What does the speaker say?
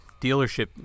dealership